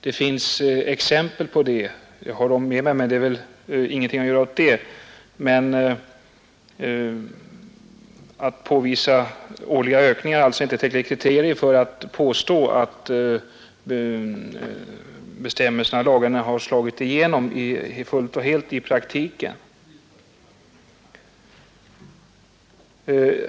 Det finns exempel på detta, och jag har uppgifter om det med mig, men det är väl ingenting att göra åt. Årliga ökningar är dock inte tillräckliga kriterier för att påstå att bestämmelserna och lagarna har slagit igenom fullt och helt i praktiken.